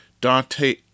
Dante